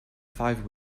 five